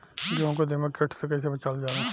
गेहूँ को दिमक किट से कइसे बचावल जाला?